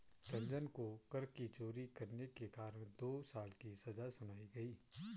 रंजन को कर की चोरी करने के कारण दो साल की सजा सुनाई गई